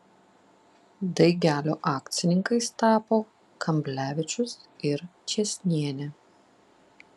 daigelio akcininkais tapo kamblevičius ir čėsnienė